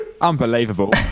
Unbelievable